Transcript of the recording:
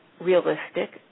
realistic